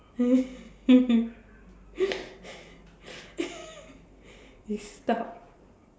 stop